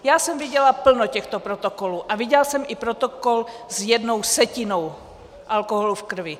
Já jsem viděla plno těchto protokolů a viděla jsem i protokol s jednou setinou alkoholu v krvi.